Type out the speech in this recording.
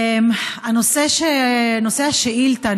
נושא השאילתה,